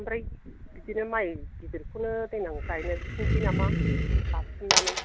ओमफ्राय बिदिनो माइ गिदिरखौनो देनां गाइफिननोसै नामा लाफिननानै